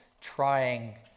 trying